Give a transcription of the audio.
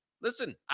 Listen